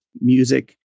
music